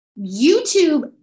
YouTube